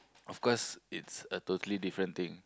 of course it's a totally different thing